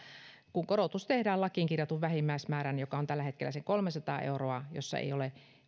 kun korotus tehdään lakiin kirjatun vähimmäismäärän mukaan joka on tällä hetkellä sen kolmesataa euroa jossa ei ole